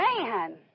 man